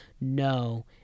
No